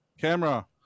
camera